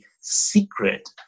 secret